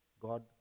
God